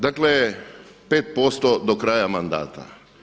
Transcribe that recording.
Dakle 5% do kraja mandata.